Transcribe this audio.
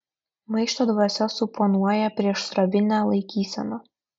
maišto dvasia suponuoja priešsrovinę laikyseną